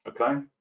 okay